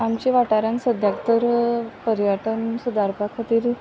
आमचे वाठारान सद्याक तर पर्यटन सुदारपा खातीर